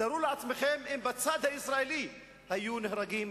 תארו לעצמכם אם בצד הישראלי היו נהרגים